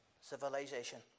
Civilization